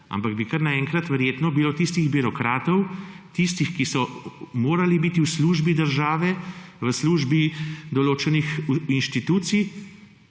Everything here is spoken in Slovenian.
Ampak bi kar na enkrat verjetno bilo tistih birokratov, tistih, ki so morali biti v službi države, v službi določenih inštitucij,